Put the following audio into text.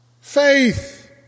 Faith